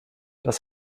das